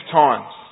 times